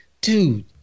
dude